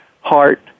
heart